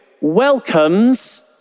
welcomes